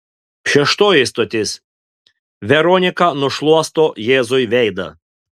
šeštoji stotis veronika nušluosto jėzui veidą